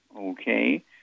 Okay